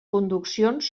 conduccions